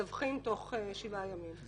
מדווחים תוך שבעה ימים.